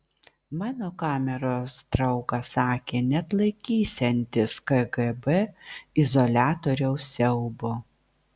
mano kameros draugas sakė neatlaikysiantis kgb izoliatoriaus siaubo